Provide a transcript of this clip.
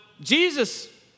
Jesus